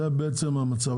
זה למעשה המצב.